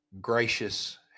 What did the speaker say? gracious